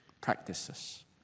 practices